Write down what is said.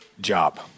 Job